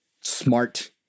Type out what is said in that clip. smart